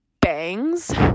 bangs